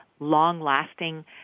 long-lasting